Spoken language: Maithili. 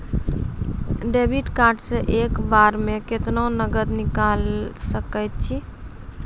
डेबिट कार्ड से एक बार मे केतना नगद निकाल सके छी?